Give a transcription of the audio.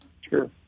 Sure